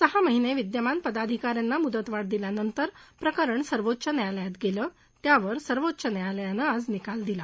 सहा महिनारिद्यमान पदाधिका यांना मुदतवाढ दिल्यानंतर प्रकरण सर्वोच्च न्यायालयात गद्धी त्यावर सर्वोच्च न्यायालयानं आज निकाल दिला